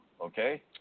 okay